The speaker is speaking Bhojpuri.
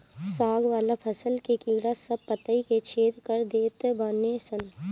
साग वाला फसल के कीड़ा सब पतइ के छेद कर देत बाने सन